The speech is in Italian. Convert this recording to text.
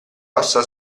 ossa